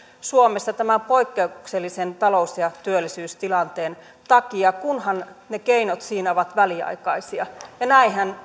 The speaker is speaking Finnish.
suomessa tämän poikkeuksellisen talous ja työllisyystilanteen takia kunhan ne keinot siinä ovat väliaikaisia ja näinhän